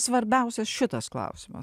svarbiausias šitas klausimas